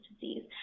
disease